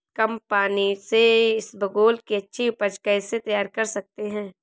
कम पानी से इसबगोल की अच्छी ऊपज कैसे तैयार कर सकते हैं?